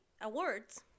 Awards